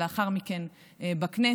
ולאחר מכן בכנסת,